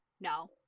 no